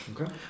Okay